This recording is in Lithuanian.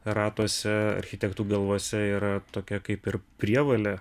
ratuose architektų galvose yra tokia kaip ir prievolė